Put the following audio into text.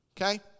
Okay